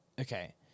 Okay